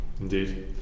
indeed